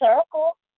circle